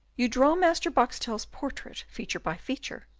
you draw master boxtel's portrait feature by feature.